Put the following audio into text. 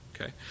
Okay